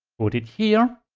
put it here.